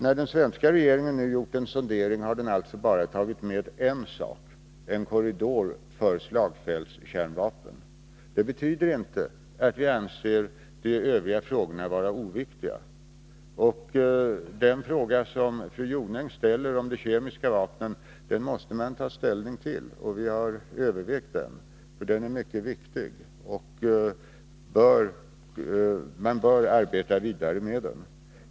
När den svenska regeringen nu gjort en sondering har den alltså bara tagit med en sak, en korridor fri från slagfältskärnvapen. Det betyder inte att vi anser de övriga frågorna vara oviktiga. Den fråga som fru Jonäng ställer om de kemiska vapnen måste man ta ställning till, och vi har övervägt den. Den är mycket viktig, och man bör arbeta vidare med den.